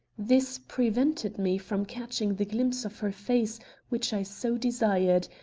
this prevented me from catching the glimpse of her face which i so desired,